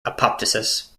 apoptosis